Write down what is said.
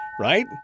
Right